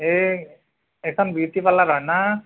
এই এইখন beauty parlour হয়নে